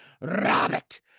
Robert